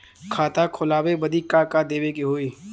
खाता खोलावे बदी का का देवे के होइ?